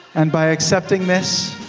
and by accepting this,